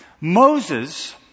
Moses